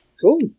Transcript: cool